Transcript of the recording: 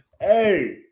Hey